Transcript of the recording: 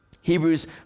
Hebrews